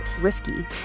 risky